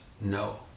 no